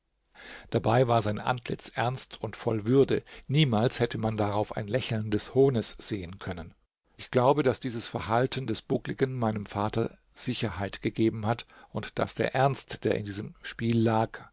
dabei war sein antlitz ernst und voll würde niemals hätte man darauf ein lächeln des hohnes sehen können ich glaube daß dieses verhalten des buckligen meinem vater sicherheit gegeben hat und daß der ernst der in diesem spiel lag